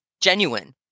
genuine